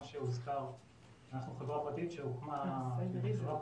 אנחנו חברה פרטית שהוקמה ב-2012,